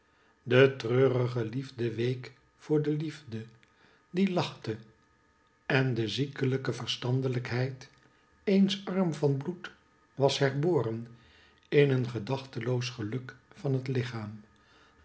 de treurige hefde week voor de hefde die lachte en de ziekelijke verstandelijkheid eens arm van bloed was herboren in een gedachteloos geluk van het lichaam